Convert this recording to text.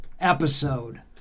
episode